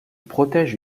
protège